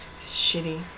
Shitty